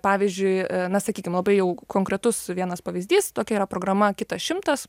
pavyzdžiui na sakykim labai jau konkretus vienas pavyzdys tokia yra programa kitas šimtas